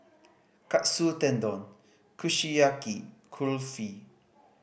Katsu Tendon Kushiyaki Kulfi